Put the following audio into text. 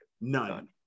None